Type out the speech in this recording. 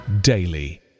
daily